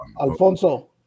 Alfonso